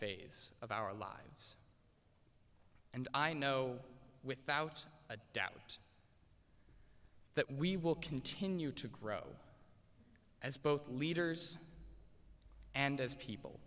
phase of our lives and i know without a doubt that we will continue to grow as both leaders and as people